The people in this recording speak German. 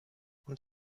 und